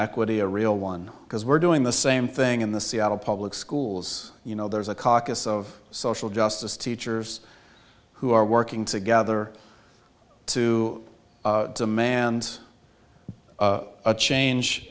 equity a real one because we're doing the same thing in the seattle public schools you know there's a caucus of social justice teachers who are working together to demand a change